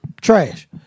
trash